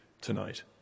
Tonight